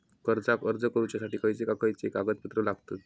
कर्जाक अर्ज करुच्यासाठी खयचे खयचे कागदपत्र लागतत